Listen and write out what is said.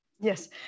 Yes